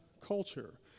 culture